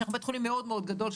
שאנחנו בית חולים מאוד מאוד גדול,